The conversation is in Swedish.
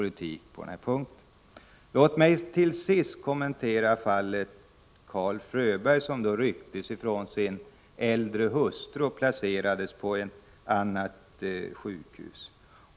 Låt mig till sist kommentera fallet Karl Fråberg, som rycktes ifrån sin äldre hustru och placerades på ett annat sjukhem.